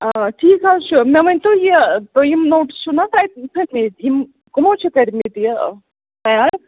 آ ٹھیٖک حظ چھُ مےٚ ؤنۍ تو یہِ تُہۍ یِم نوٹٕس چھِو نا تَتہِ تھٔٲے مٕتۍ یِم کٕمو چھِ کٔرۍ مٕتۍ یہِ تَیار